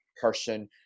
person